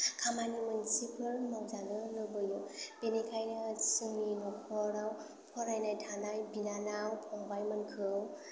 खामानि मोनसेफोर मावजानो लुबैयो बेनिखायनो जोंनि न'खराव फरायनाय थानाय बिनानाव फंबाइमोनखौ